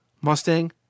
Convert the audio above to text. mustang